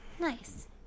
Nice